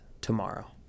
tomorrow